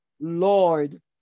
Lord